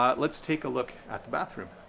ah let's take a look at the bathroom.